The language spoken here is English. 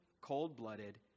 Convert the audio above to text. cold-blooded